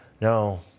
no